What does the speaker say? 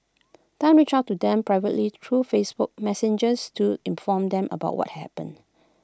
Tan reached out to them privately through Facebook Messengers to inform them about what had happened